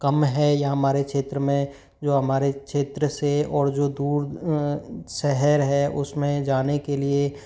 कम है या हमारे क्षेत्र में जो हमारे क्षेत्र से और जो दूर शहर है उसमें जाने के लिए